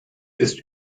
ist